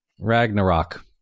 Ragnarok